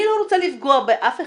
אני לא רוצה לפגוע באף אחד,